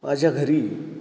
माझ्या घरी